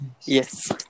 Yes